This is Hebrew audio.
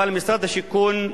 אבל משרד השיכון,